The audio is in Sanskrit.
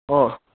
ओ